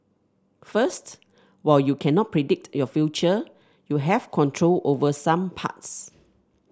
first while you cannot predict your future you have control over some parts